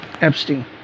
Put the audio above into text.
Epstein